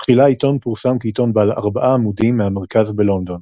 תחילה העיתון פורסם כעיתון בעל ארבעה עמודים מהמרכז בלונדון.